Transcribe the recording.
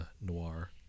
noir